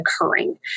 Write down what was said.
occurring